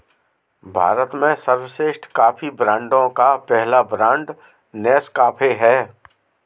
भारत में सर्वश्रेष्ठ कॉफी ब्रांडों का पहला ब्रांड नेस्काफे है